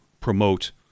promote